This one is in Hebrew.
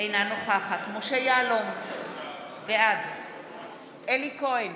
אינה נוכחת משה יעלון, בעד אלי כהן,